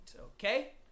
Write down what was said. okay